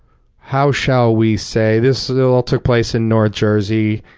how shall we say, this so all took place in north jersey.